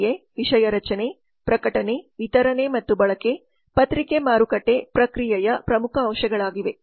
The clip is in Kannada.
ಪ್ರಕ್ರಿಯೆ ವಿಷಯ ರಚನೆ ಪ್ರಕಟಣೆ ವಿತರಣೆ ಮತ್ತು ಬಳಕೆ ಪತ್ರಿಕೆ ಮಾರುಕಟ್ಟೆ ಪ್ರಕ್ರಿಯೆಯ ಮುಖ್ಯ ಅಂಶಗಳಾಗಿವೆ